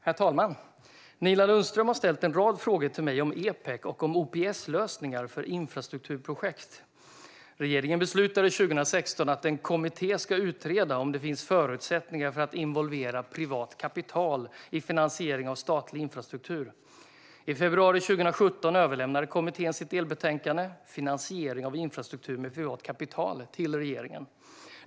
Herr talman! Nina Lundström har ställt en rad frågor till mig om Epec och OPS-lösningar för infrastrukturprojekt. Regeringen beslutade 2016 att en kommitté ska utreda om det finns förutsättningar för att involvera privat kapital i finansiering av statlig infrastruktur. I februari 2017 överlämnade kommittén sitt delbetänkande Finansiering av infrastruktur med privat kapital till regeringen.